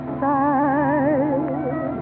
side